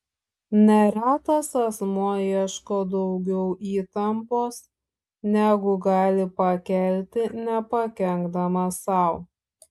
neretas asmuo ieško daugiau įtampos negu gali pakelti nepakenkdamas sau